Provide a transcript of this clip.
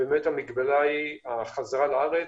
המגבלה היא החזרה לארץ,